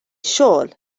xogħol